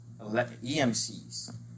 EMCs